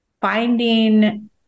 finding